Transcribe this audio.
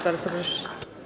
Bardzo proszę.